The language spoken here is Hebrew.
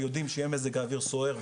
שיודעים שיהיה מזג האוויר סוער,